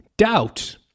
Doubt